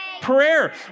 Prayer